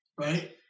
Right